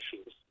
issues